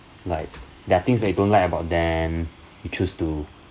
like there are things that you don't like about then you choose to